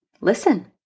listen